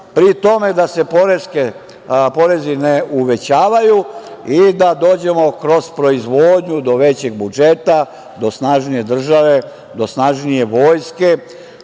pri tome da se porezi ne uvećavaju i da dođemo kroz proizvodnju do većeg budžeta, do snažnije države, do snažnije vojske,